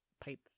pipe